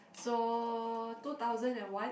so two thousand and one